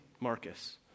Marcus